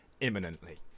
imminently